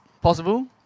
possible